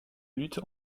lutte